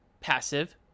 Passive